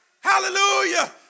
hallelujah